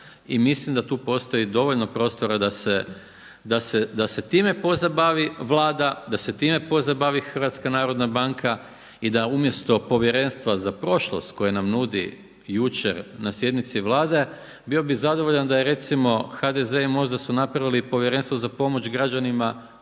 mislim da tu postoji dovoljno prostora da se time pozabavi Vlada, da se time pozabavi HNB i da umjesto povjerenstva za prošlost koje nam nudi jučer na sjednici Vlade, bio bih zadovoljan da je recimo HDZ i MOST da su napravili povjerenstvo za pomoć građanima